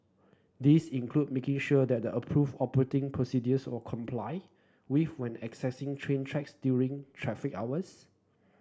these include making sure that approved operating procedures were complied with when accessing train tracks during traffic hours